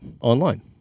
online